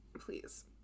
Please